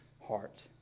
heart